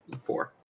Four